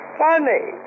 funny